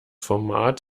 format